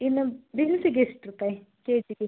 ಇನ್ನು ಬಿನ್ಸಿಗೆ ಎಷ್ಟು ರೂಪಾಯಿ ಕೇಜಿಗೆ